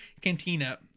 cantina